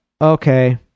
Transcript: okay